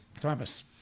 Thomas